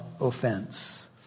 offense